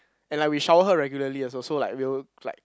and like we shower her regularly also so like we'll like